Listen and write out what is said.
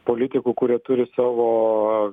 politikų kurie turi savo